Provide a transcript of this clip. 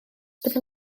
byddaf